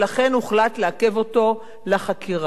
ולכן הוחלט לעכב אותו לחקירה.